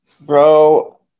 Bro